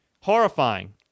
horrifying